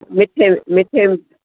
मिठे में मिठे में